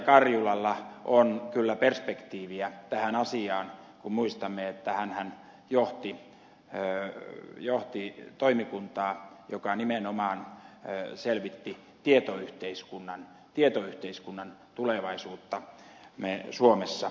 karjulalla on kyllä perspektiiviä tähän asiaan kun muistamme että hänhän johti toimikuntaa joka nimenomaan selvitti tietoyhteiskunnan tulevaisuutta suomessa